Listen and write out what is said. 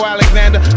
Alexander